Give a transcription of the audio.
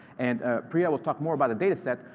and priya will talk more about the data set,